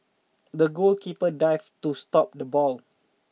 the goalkeeper dived to stop the ball